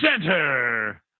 center